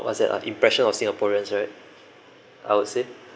what's that ah impression of singaporeans right I would say